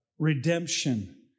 redemption